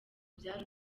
byari